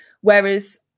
Whereas